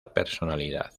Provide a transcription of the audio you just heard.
personalidad